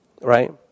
Right